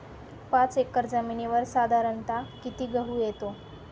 पाच एकर जमिनीवर साधारणत: किती गहू येतो?